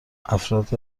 افراد